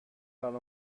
parle